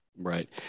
Right